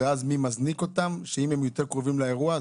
ואז מי מזניק אותם אם הם יותר קרובים לאירוע?